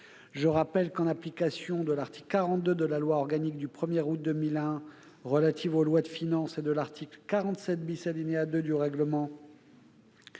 je rappelle que, en application de l'article 42 de la loi organique du 1 août 2001 relative aux lois de finances et de l'article 47 , alinéa 2, du règlement,